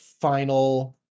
final